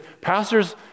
pastors